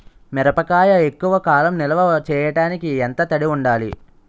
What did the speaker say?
మిరపకాయ ఎక్కువ కాలం నిల్వ చేయటానికి ఎంత తడి ఉండాలి?